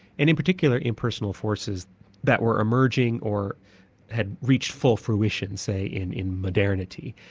and in particular impersonal forces that were emerging or had reached full fruition say in in modernity.